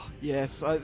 Yes